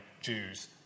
Jews